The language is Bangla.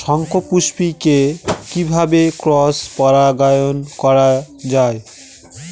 শঙ্খপুষ্পী কে কিভাবে ক্রস পরাগায়ন করা যায়?